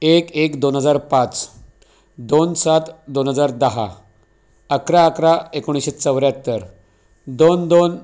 एक एक दोन हजार पाच दोन सात दोन हजार दहा अकरा अकरा एकोणिसशे चौऱ्याहत्तर दोन दोन